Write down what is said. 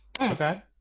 Okay